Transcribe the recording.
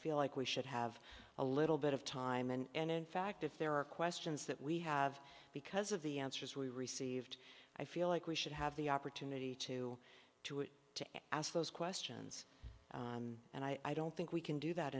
feel like we should have a little bit of time and in fact if there are questions that we have because of the answers we received i feel like we should have the opportunity to to it to ask those questions and i don't think we can do that